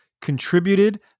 contributed